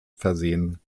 versehen